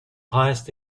highest